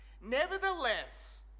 Nevertheless